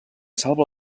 salva